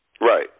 Right